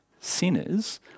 sinners